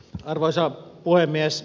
arvoisa puhemies